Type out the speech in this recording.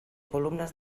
columnes